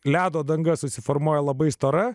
ledo danga susiformuoja labai stora